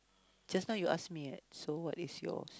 just now you ask me what so what is yours